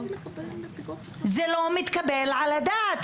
זה לא מתקבל על הדעת.